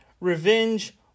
Revenge